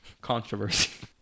Controversy